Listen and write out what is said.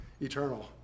eternal